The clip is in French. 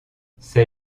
ces